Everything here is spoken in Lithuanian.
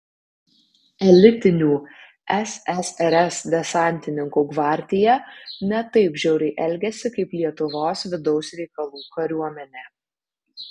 elitinių ssrs desantininkų gvardija ne taip žiauriai elgėsi kaip lietuvos vidaus reikalų kariuomenė